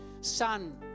Son